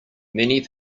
many